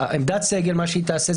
עמדת סגל מה שהיא תעשה,